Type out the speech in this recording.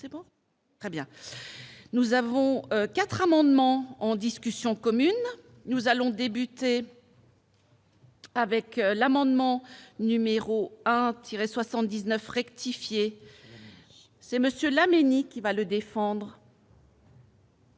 très bien, nous avons 4 amendements en discussion commune nous allons débuter. Avec l'amendement numéro 1 79 rectifier ce monsieur Laménie qui va le défendre.